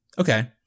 Okay